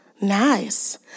Nice